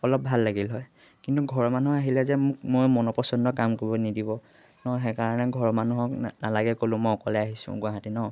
অলপ ভাল লাগিল হয় কিন্তু ঘৰৰ মানুহ আহিলে যে মোক মই মনৰ পচন্দৰ কাম কৰিব নিদিব ন সেইকাৰণে ঘৰৰ মানুহক নালাগে ক'লোঁ মই অকলে আহিছোঁ গুৱাহাটী ন